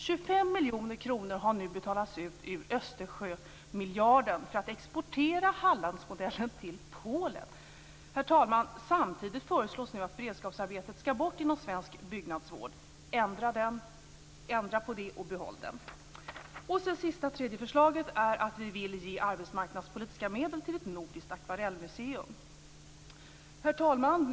25 miljoner kronor har betalats ut ur Östersjömiljarden för att exportera Hallandsmodellen till Polen. Herr talman! Samtidigt förslås att beredskapsarbetet skall bort inom svensk byggnadsvård. Ändra på detta och behåll beredskapsarbetet! För det tredje vill vi ge arbetsmarknadspolitiska medel till ett nordiskt akvarellmuseum. Herr talman!